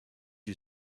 you